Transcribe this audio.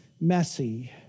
messy